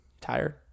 Tired